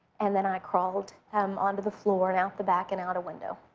and then i crawled um onto the floor and out the back and out a window.